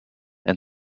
and